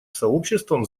сообществом